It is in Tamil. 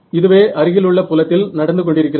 இதுவே அருகிலுள்ள புலத்தில் நடந்து கொண்டிருக்கிறது